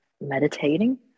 meditating